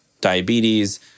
diabetes